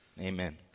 amen